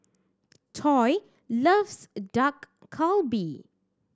Toy loves Dak Galbi